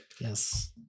Yes